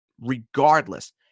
regardless